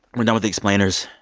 we're done with the explainers.